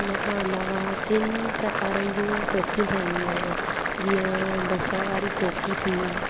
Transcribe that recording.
उन खां इलावा टिनि प्रकारनि जूं कोकियूं ठाहींदी आहियां जीअं बसर वारी कोकी थी